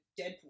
Deadpool